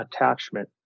attachment